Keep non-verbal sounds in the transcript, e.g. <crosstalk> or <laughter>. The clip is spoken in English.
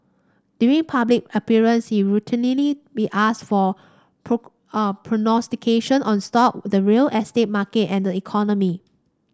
during public appearance he routinely be asked for <unintelligible> <hesitation> prognostication on stock the real estate market and the economy